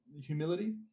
humility